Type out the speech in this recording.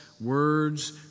words